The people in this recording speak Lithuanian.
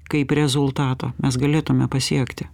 kaip rezultato mes galėtume pasiekti